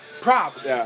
props